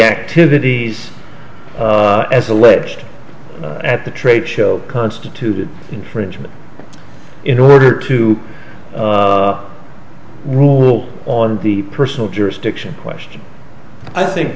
activities as alleged at the trade show constituted infringement in order to rule on the personal jurisdiction question i think